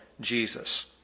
Jesus